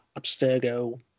Abstergo